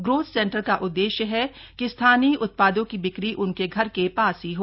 growth centre का उद्देश्य है कि स्थानीय उत्पादों की बिक्री उनके घर के पास ही हो